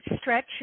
stretch